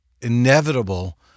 inevitable